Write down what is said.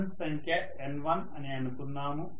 turns సంఖ్య N1 అని అనుకుందాం